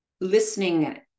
listening